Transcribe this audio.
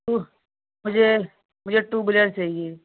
to मुझे मुझे two wheeler चाहिए